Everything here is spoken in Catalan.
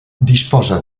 disposa